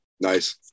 Nice